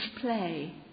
play